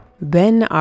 Ben